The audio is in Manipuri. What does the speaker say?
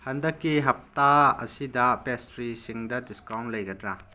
ꯍꯟꯗꯛꯀꯤ ꯍꯞꯇꯥ ꯑꯁꯤꯗ ꯄ꯭ꯔꯦꯁꯇ꯭ꯔꯤꯁꯤꯡꯗ ꯗꯤꯁꯀꯥꯎꯟ ꯂꯩꯒꯗ꯭ꯔꯥ